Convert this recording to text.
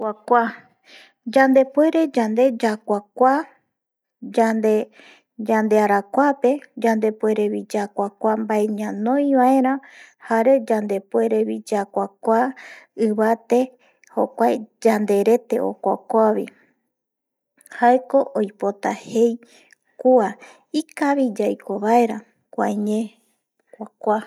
Kua kua, yande puere yande yakuakua yande yandearakuape, yande puerevi yakuakua mbae ñanoi vaera jare yande puerevi yakuakua ivate jokua yande rete okua kuavi jaeko oipota jei kua ikavi yaiko vaera kuae ñe kuakua